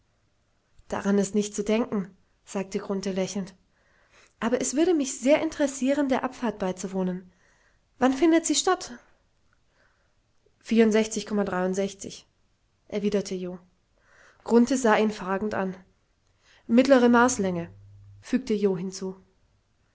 daran ist nicht zu denken sagte grunthe lächelnd aber es würde mich sehr interessieren der abfahrt beizuwohnen wann findet sie statt erwiderte jo grunthe sah ihn fragend an mittlere marslänge fügte jo hinzu